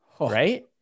Right